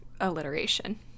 alliteration